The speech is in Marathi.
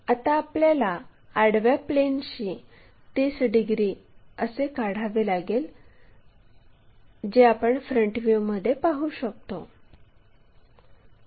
आता आपल्याला आडव्या प्लेनशी 30 डिग्री असे काढावे लागेल जे आपण फ्रंट व्ह्यूमध्ये पाहू शकतो